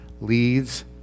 leads